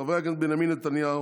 חברי הכנסת בנימין נתניהו,